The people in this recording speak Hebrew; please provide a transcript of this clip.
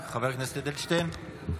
בעד עידן רול,